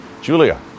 Julia